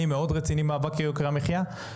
אני מאוד רציני במאבק ביוקר המחייה.